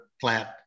plant